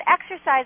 exercise